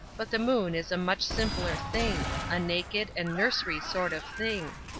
but the moon is a much simpler thing a naked and nursery sort of thing.